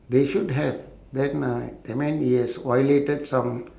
they should have then uh that man he has violated some